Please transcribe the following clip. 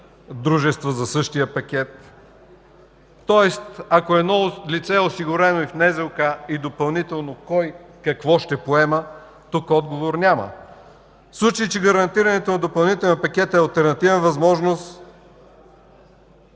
дружества за същия пакет? Ако едно лице е осигурено в НЗОК и допълнително, кой какво ще поема – тук отговор няма. В случай че гарантирането на допълнителен пакет е алтернативна възможност,